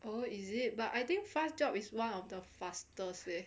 oh is it but I think fast jobs is one of the fastest leh